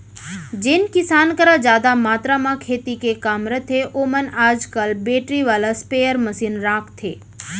जेन किसान करा जादा मातरा म खेती के काम रथे ओमन आज काल बेटरी वाला स्पेयर मसीन राखथें